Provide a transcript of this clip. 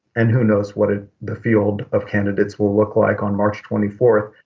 and who knows what ah the field of candidates will look like on march twenty fourth.